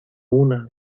una